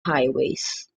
highways